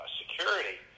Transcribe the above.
security